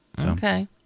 okay